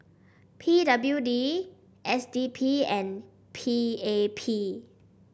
P W D S D P and P A P